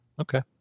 Okay